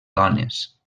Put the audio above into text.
dones